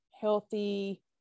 healthy